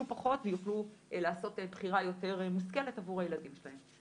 פחות ויוכלו לעשות בחירה יותר מושכלת עבור הילדים שלהם.